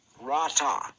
Rata